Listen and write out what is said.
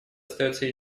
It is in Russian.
остается